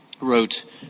wrote